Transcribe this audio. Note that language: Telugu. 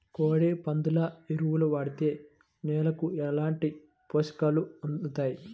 కోడి, పందుల ఎరువు వాడితే నేలకు ఎలాంటి పోషకాలు అందుతాయి